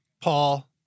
Paul